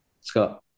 Scott